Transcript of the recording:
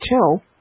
Till